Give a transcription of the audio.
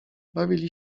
bawili